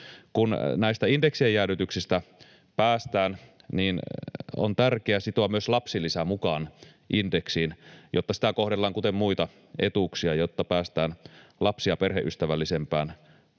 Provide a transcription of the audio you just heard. Kun näistä indeksien jäädytyksistä päästään, niin on tärkeää sitoa myös lapsilisä mukaan indeksiin, jotta sitä kohdellaan kuten muita etuuksia, jotta päästään lapsi- ja perheystävällisempään